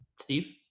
Steve